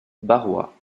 barrois